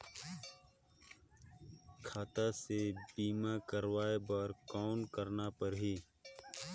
खाता से बीमा करवाय बर कौन करना परही?